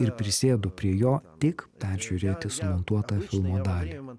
ir prisėdu prie jo tik peržiūrėti sumontuotą filmo dalį